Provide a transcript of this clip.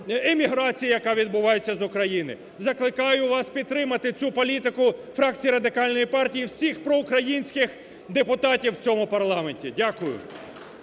яка відбувається з України. Закликаю вас підтримати цю політику, фракції Радикальної партії, і всіх проукраїнських депутатів в цьому парламенті. Дякую.